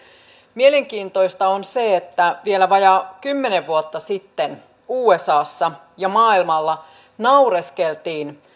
mielenkiintoista on se että vielä vajaa kymmenen vuotta sitten usassa ja maailmalla naureskeltiin